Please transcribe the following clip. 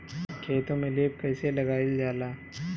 खेतो में लेप कईसे लगाई ल जाला?